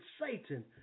Satan